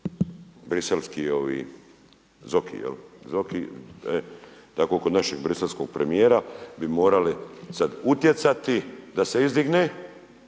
jel, Zoki, tako kod našeg briselskog premijera bi morali sad utjecati da se izdigne,